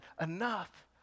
enough